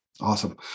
Awesome